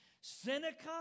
Seneca